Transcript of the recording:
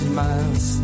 miles